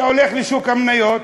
אתה הולך לשוק המניות,